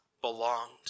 belonged